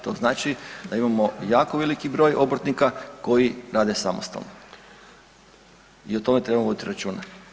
To znači da imamo jako veliki broj obrtnika koji rade samostalno i o tome treba voditi računa.